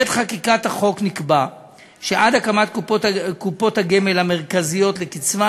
בעת חקיקת החוק נקבע שעד הקמת קופות הגמל המרכזיות לקצבה,